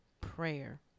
Prayer